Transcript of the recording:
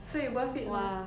所以 worth it 吗